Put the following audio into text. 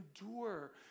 Endure